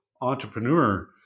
entrepreneur